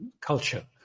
culture